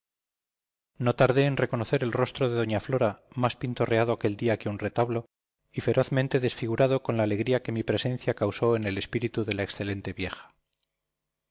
no tardé en reconocer el rostro de doña flora más pintorreado aquel día que un retablo y ferozmente desfigurado con la alegría que mi presencia causó en el espíritu de la excelente vieja